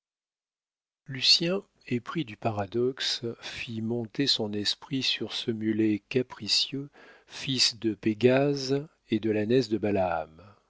lucien épris du paradoxe fit monter son esprit sur ce mulet capricieux fils de pégase et de l'ânesse de